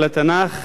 של התנ"ך,